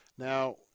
Now